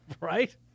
right